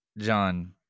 John